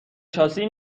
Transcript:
شاسی